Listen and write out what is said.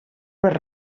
per